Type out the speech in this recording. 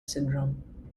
syndrome